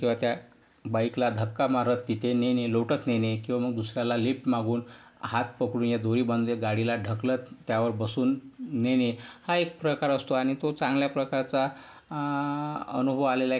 किंवा त्या बाईकला धक्का मारत तिथे नेणे लोटत नेणे किंवा मग दुसऱ्याला लिफ्ट मागून हात पकडून या दोरी बांधून गाडीला ढकलत त्यावर बसून नेणे हा एक प्रकार असतो आणि तो चांगल्या प्रकारचा अनुभव आलेला आहे